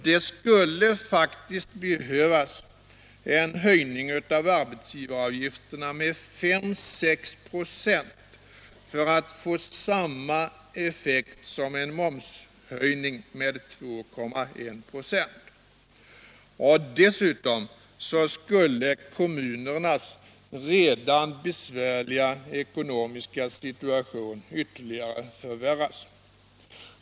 Det skulle faktiskt behövas en höjning av arbetsgivaravgifterna med 5-6 96 för att få samma effekt som av en momshöjning med 2,1 926. Dessutom skulle kommunernas redan besvärliga ekonomiska situation ytterligare förvärras.